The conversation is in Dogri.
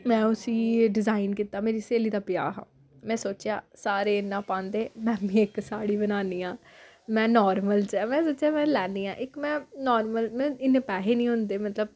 में उसी डिजाइन कीता मेरी स्हेली दा ब्याह् हा में सोचेआ सारे इ'यां पांदे में मीं इक साड़ी बनान्नी आं में नार्मल च में सोचेआ में लैन्नी आं इक में नार्मल इन्ने पैहे निं होंदे मतलब